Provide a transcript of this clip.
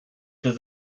does